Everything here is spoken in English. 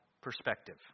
perspective